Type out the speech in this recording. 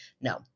no